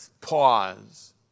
pause